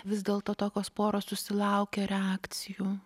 vis dėlto tokios poros susilaukia reakcijų